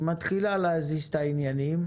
היא מתחילה להזיז את העניינים,